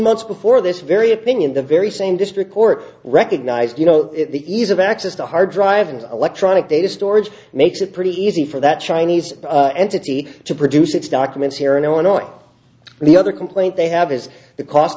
months before this very opinion the very same district court recognized you know the ease of access to hard drive and electronic data storage makes it pretty easy for that chinese entity to produce its documents here in illinois the other complaint they have is the cost